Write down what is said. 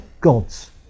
gods